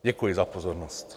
Děkuji za pozornost.